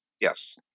Yes